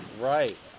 right